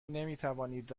نمیتوانید